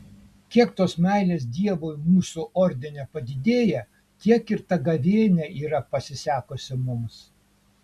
kiek tos meilės dievui mūsų ordine padidėja tiek ir ta gavėnia yra pasisekusi mums